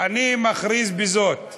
אני קובעת כי הצעת חוק שידורי טלוויזיה